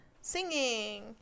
Singing